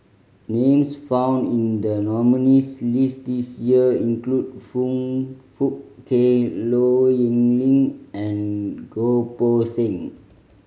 names found in the nominees' list this year include Foong Fook Kay Low Yen Ling and Goh Poh Seng